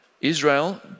Israel